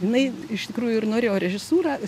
jinai iš tikrųjų ir norėjo režisūrą